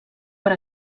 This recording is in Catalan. per